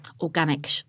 organic